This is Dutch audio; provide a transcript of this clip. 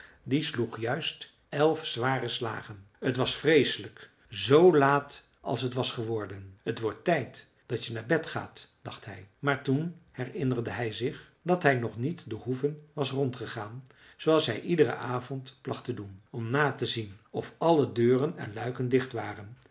die sloeg juist elf zware slagen t was vreeselijk zoo laat als het was geworden t wordt tijd dat je naar bed gaat dacht hij maar toen herinnerde hij zich dat hij nog niet de hoeve was rondgegaan zooals hij iederen avond placht te doen om na te zien of alle deuren en luiken dicht waren